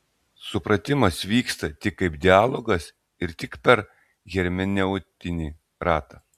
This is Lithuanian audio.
supratimas vyksta tik kaip dialogas ir tik per hermeneutinį ratą